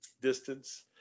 distance